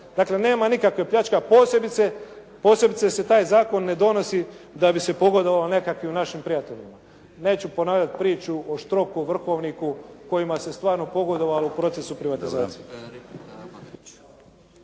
Dakle, nema nikakve pljačke, a posebice se taj zakon ne donosi da bi se pogodovao nekakvim našim prijateljima. Neću ponavljati priču o Štroku, vrhovniku kojima se stvarno pogodovalo u procesu privatizacije.